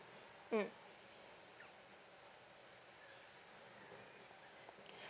mm